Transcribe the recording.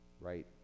right